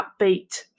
upbeat